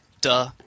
Duh